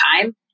time